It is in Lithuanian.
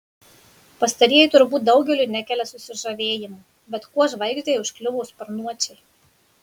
pastarieji turbūt daugeliui nekelia susižavėjimo bet kuo žvaigždei užkliuvo sparnuočiai